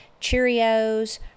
Cheerios